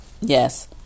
Yes